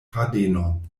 fadenon